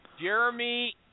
Jeremy